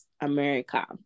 America